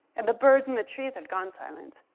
and the birds in the trees had gone silent.